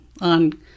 on